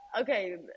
okay